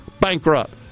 bankrupt